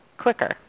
quicker